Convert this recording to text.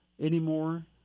anymore